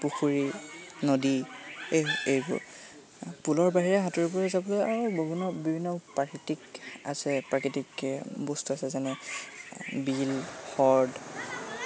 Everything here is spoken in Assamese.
পুখুৰী নদী এই এইবোৰ পুলৰ বাহিৰে সাঁতুৰিবলৈ যাবলৈ আৰু বিভিন্ন বিভিন্ন প্ৰাকৃতিক আছে প্ৰাকৃতিক কে বস্তু আছে যেনে বিল হ্ৰদ